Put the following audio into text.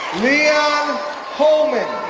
leon holeman,